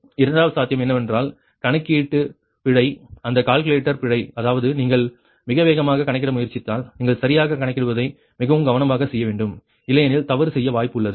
இரண்டாவது சாத்தியம் என்னவென்றால் கணக்கீடு பிழை அந்த கால்குலேட்டர் பிழை அதாவது நீங்கள் மிக வேகமாக கணக்கிட முயற்சித்தால் நீங்கள் சரியாகக் கணக்கிடுவதை மிகவும் கவனமாகச் செய்ய வேண்டும் இல்லையெனில் தவறு செய்ய வாய்ப்பு உள்ளது